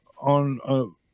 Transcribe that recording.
on